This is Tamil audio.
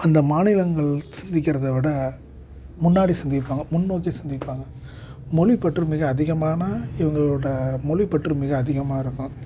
அந்த மாநிலங்கள் சிந்திக்கிறதை விட முன்னாடி சிந்திப்பாங்க முன்னோக்கி சிந்திப்பாங்க மொழிப்பற்று மிக அதிகமான இவங்களோட மொழிப்பற்று மிக அதிகமாக இருக்கும்